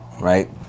Right